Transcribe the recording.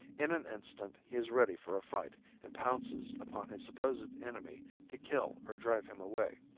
in an instant he is ready for a fight and pounces upon his supposed enemy to kill or drive him away.